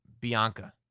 Bianca